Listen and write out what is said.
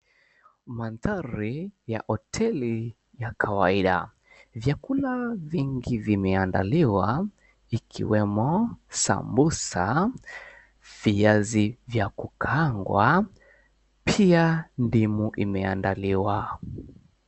Mandhari ya hoteli ya kawaida. Vyakula vingi vimeandaliwa, ikiwemo sambusa, viazi vya kukaangwa, pia ndimu imeandaliwa.